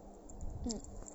mm